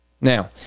Now